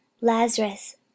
lazarus